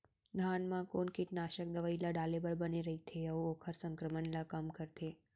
धान म कोन कीटनाशक दवई ल डाले बर बने रइथे, अऊ ओखर संक्रमण ल कम करथें?